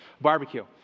Barbecue